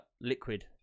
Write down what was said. liquid